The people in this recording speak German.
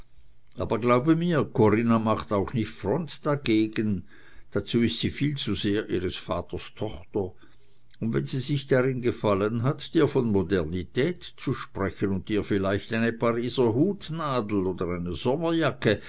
aber glaube mir corinna macht auch nicht front dagegen dazu ist sie viel zu sehr ihres vaters tochter und wenn sie sich darin gefallen hat dir von modernität zu sprechen und dir vielleicht eine pariser hutnadel oder eine sommerjacke